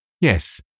Yes